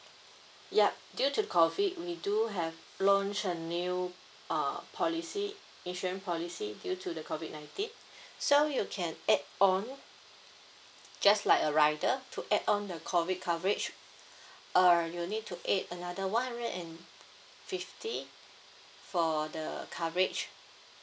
yup due to COVID we do have launch a new uh policy insurance policy due to the COVID nineteen so you can add on just like a rider to add on the COVID coverage err you'll need to add another one hundred and fifty for the coverage